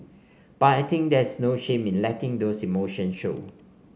but I think there's no shame in letting those emotions show